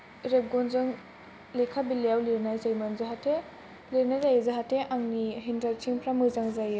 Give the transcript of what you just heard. रेबगनजों लेखा बिलाइयाव लिरनाय जायोमोन जाहाथे लिरनाय जायो जाहाथे आंनि हेनराइटिंफोरा मोजां जायो